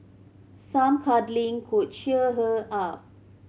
some cuddling could cheer her up